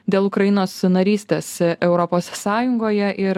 dėl ukrainos narystės europos sąjungoje ir